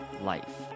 life